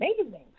amazing